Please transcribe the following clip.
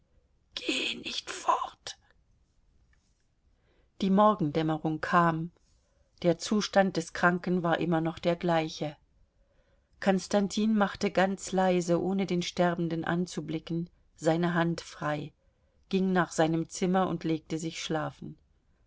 geh nicht fort die morgendämmerung kam der zustand des kranken war immer noch der gleiche konstantin machte ganz leise ohne den sterbenden anzublicken seine hand frei ging nach seinem zimmer und legte sich schlafen